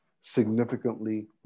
significantly